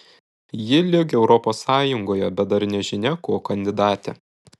ji lyg europos sąjungoje bet dar nežinia ko kandidatė